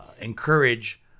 encourage